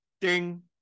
ding